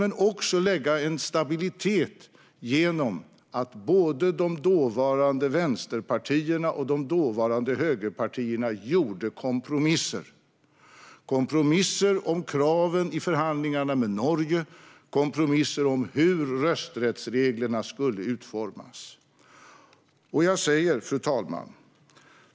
Man lyckades även att fastlägga en stabilitet genom att både de dåvarande vänsterpartierna och de dåvarande högerpartierna gjorde kompromisser i fråga om kraven i förhandlingarna med Norge och om hur rösträttsreglerna skulle utformas. Fru talman!